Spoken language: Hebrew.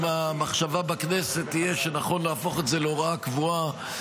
אם המחשבה בכנסת תהיה שנכון להפוך את זה להוראה קבועה,